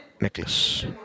necklace